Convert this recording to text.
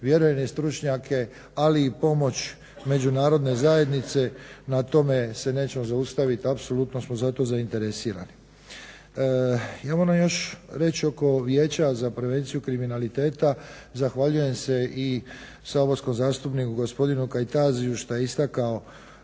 vjerujem i stručnjake ali i pomoć Međunarodne zajednice. Na tome se nećemo zaustaviti, apsolutno smo za to zainteresirani. Ja moram još reći oko Vijeća za prevenciju kriminaliteta zahvaljujem se i saborskom zastupniku gospodinu Kajtaziju što je istakao